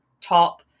top